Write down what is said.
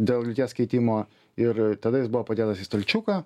dėl lyties keitimo ir tada jis buvo padėtas į stalčiuką